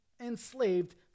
enslaved